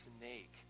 snake